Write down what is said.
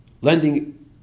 Lending